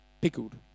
pickled